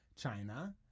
China